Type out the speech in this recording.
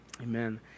Amen